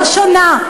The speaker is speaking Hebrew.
לא שונה.